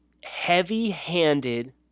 heavy-handed